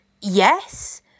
yes